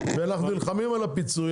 ונלחמים על הפיצוי,